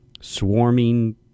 swarming